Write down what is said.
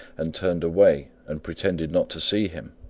and turned away and pretended not to see him.